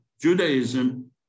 Judaism